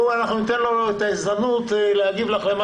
אנחנו ניתן את ההזדמנות לשר הרווחה להגיב לדברים